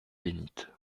bénite